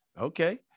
Okay